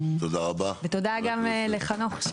ותודה גם לחנוך,